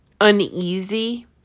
uneasy